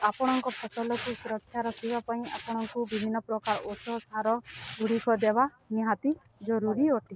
ଆପଣଙ୍କ ଫସଲକୁ ସୁରକ୍ଷା ରଖିବା ପାଇଁ ଆପଣଙ୍କୁ ବିଭିନ୍ନ ପ୍ରକାର ଓଷୋ ସାର ଗୁଡ଼ିକ ଦେବା ନିହାତି ଜରୁରୀ ଅଟେ